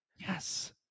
Yes